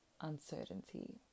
uncertainty